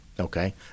Okay